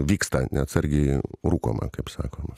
vyksta neatsargiai rūkoma kaip sakoma